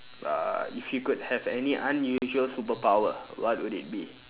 uh if you could have any unusual superpower what would it be